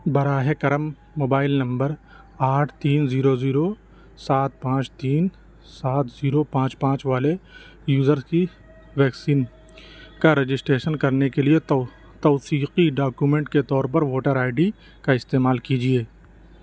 براہِ کرم mobile number آٹھ تین زیرو زیرو سات پانچ تین سات زیرو پانچ پانچ والے یوزر کی ویکسین کا رجسٹریشن کرنے کے لیے توثیقی ڈاکیومنٹ کے طور پر ووٹر آئی ڈی کا استعمال کیجیے